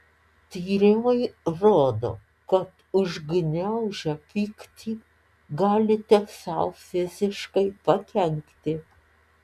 tyrimai rodo kad užgniaužę pyktį galite sau fiziškai pakenkti